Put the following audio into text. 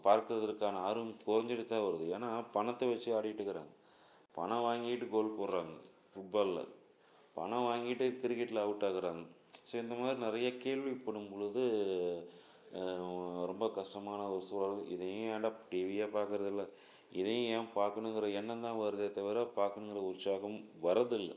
பார்க்கிறதற்கானஆர்வமும் குறஞ்சிட்டு தான் வருது ஏன்னா பணத்தை வச்சி ஆடிகிட்ருக்குறாங்க பணம் வாங்கிட்டு கோல் போடுறாங்க ஃபுட்பால்ல பணம் வாங்கிட்டு கிரிக்கெட்ல அவுட் ஆகுறாங்க ஸோ இந்த மாதிரி நிறைய கேள்விப்படும் பொழுது ரொம்பக் கஸ்டமான ஒரு சூழல் இதையும் ஏன்டா டிவியே பார்க்கறதில்ல இதையும் ஏன் பார்க்கணுங்குற எண்ணம் தான் வருதே தவிர பார்க்கணுங்குற உற்சாகம் வர்றதில்லை